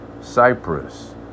Cyprus